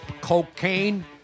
cocaine